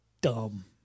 dumb